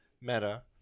meta